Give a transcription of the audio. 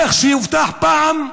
איך שהובטח פעם: